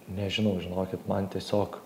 nežinau žinokit man tiesiog